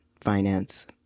finance